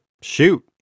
shoot